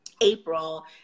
April